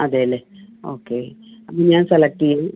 അതെ അല്ലെ ഓക്കെ അപ്പം ഞാൻ സെലക്ട് ചെയ്